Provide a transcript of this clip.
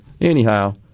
anyhow